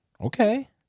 Okay